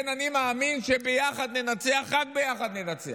כן, אני מאמין שביחד ננצח, רק ביחד ננצח.